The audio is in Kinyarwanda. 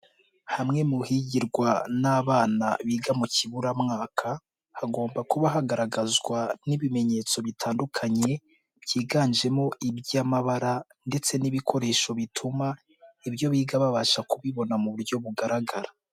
Hamwe mu higirwa n'abana biga mu kiburamwaka, hagomba kuba hagaragazwa n'ibimenyetso bitandukanye, byiganjemo iby'amabara ndetse n'ibikoresho bituma ibyo biga babasha kubibona mu buryo bugaragara.